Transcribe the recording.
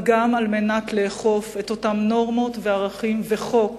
אבל גם על מנת לאכוף את אותם נורמות וערכים וחוק